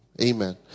Amen